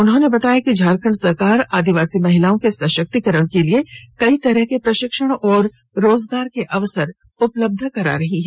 उन्होंने कहा कि झारखंड सरकार आदिवासी महिलाओं के सशक्तिकरण के लिए कई तरह के प्रशिक्षण और रोजगार के अवसर उपलब्ध करा रही है